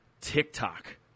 TikTok